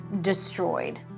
destroyed